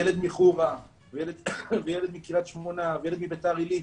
ילד מחורה וילד מקריית שמונה וילד מביתר עילית,